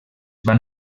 van